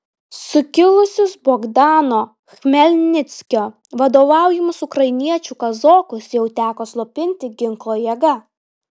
sukilusius bogdano chmelnickio vadovaujamus ukrainiečių kazokus jau teko slopinti ginklo jėga